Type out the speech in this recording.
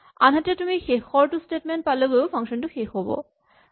আনহাতে তুমি শেষৰটো স্টেটমেন্ট পালেগৈও ফাংচন টো শেষ হ'ব